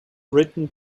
written